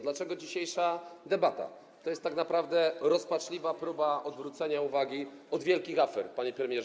Dlaczego dzisiejsza debata to jest tak naprawdę rozpaczliwa próba odwrócenia uwagi od wielkich afer, panie premierze?